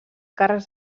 càrrecs